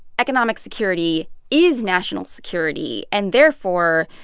economic security is national security, and therefore,